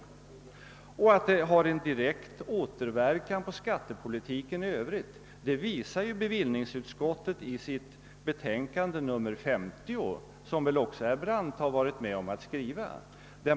Att en skattesänkning för företagen direkt återverkar på skattepolitiken i övrigt visar bevillningsutskottet i sitt betänkande nr 50, som herr Brandt väl också varit med om att skriva.